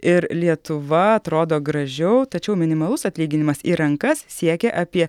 ir lietuva atrodo gražiau tačiau minimalus atlyginimas į rankas siekia apie